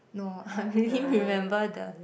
no I only remember the